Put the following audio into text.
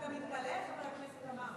אתה מתפלא, חבר הכנסת עמאר?